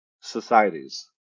societies